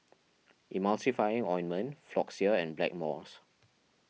Ointment Floxia and Blackmores